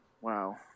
wow